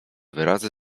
wyrazy